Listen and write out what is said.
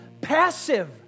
passive